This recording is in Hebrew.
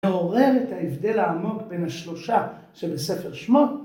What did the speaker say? ‫מעורר את ההבדל העמוק ‫בין השלושה של ספר שמות.